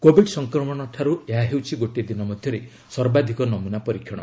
Covid ସଂକ୍ରମଣଠାରୁ ଏହା ହେଉଛି ଗୋଟିଏ ଦିନ ମଧ୍ୟରେ ସର୍ବାଧିକ ନମୁନା ପରୀକ୍ଷଣ